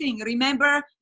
Remember